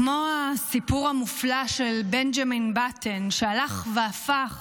כמו הסיפור המופלא של בנג'מין באטן שהלך והפך